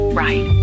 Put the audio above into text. right